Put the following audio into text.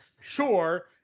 Sure